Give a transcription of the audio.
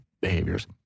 behaviors